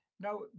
now